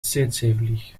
tseetseevlieg